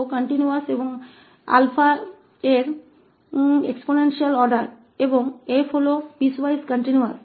तो मान लीजिए कि यह निरंतर है और एक्सपोनेंशियल आर्डर का है और पीसवाइज में कंटीन्यूअस है